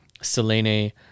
Selene